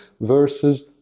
versus